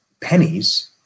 pennies